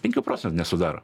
penkių procentų nesudaro